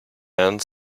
and